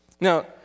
Now